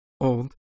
old